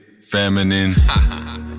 Feminine